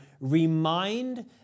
remind